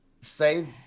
save